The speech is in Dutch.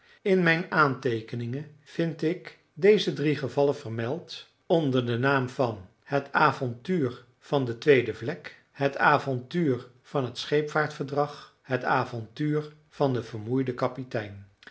in mijn aanteekeningen vind ik deze drie gevallen vermeld onder den naam van het avontuur van de tweede vlek het avontuur van het scheepvaart verdrag het avontuur van den vermoeiden kapitein